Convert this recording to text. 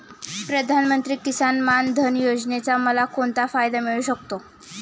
प्रधानमंत्री किसान मान धन योजनेचा मला कोणता फायदा मिळू शकतो?